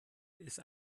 ist